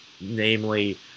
namely